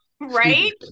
Right